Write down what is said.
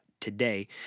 today